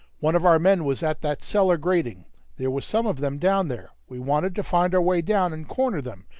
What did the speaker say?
one of our men was at that cellar grating there was some of them down there we wanted to find our way down and corner them,